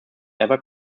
ever